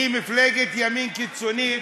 הוא מפלגת ימין קיצונית,